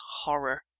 horror